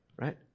right